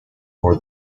for